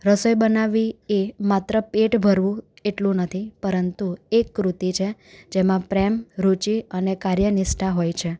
રસોઈ બનાવવી એ માત્ર પેટ ભરવું એટલું નથી પરંતુ એક કૃતિ છે જેમાં પ્રેમ રુચિ અને કાર્યનિષ્ઠા હોય છે